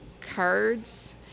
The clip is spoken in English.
cards